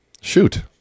shoot